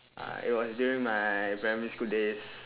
uh it was during my primary school days